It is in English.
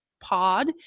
pod